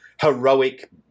heroic